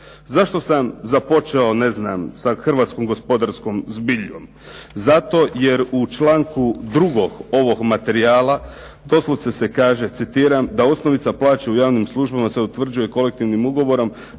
Zašto sam započeo sa Hrvatskom gospodarskom zbiljom, zato jer u članku 2. ovog materijala, doslovce se kaže citiram „Da osnovica plaće u javnim službama se utvrđuje kolektivnim ugovorom